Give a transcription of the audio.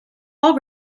all